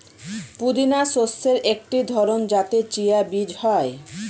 পুদিনা শস্যের একটি ধরন যাতে চিয়া বীজ হয়